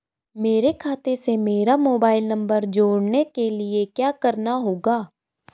मेरे खाते से मेरा मोबाइल नम्बर जोड़ने के लिये क्या करना होगा?